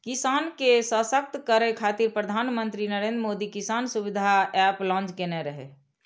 किसान के सशक्त करै खातिर प्रधानमंत्री नरेंद्र मोदी किसान सुविधा एप लॉन्च केने रहै